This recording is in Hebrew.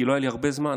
כי לא היה לי הרבה זמן,